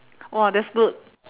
!wah! that's good